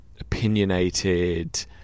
opinionated